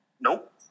Nope